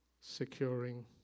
securing